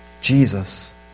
Jesus